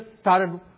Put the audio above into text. started